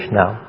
now